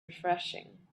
refreshing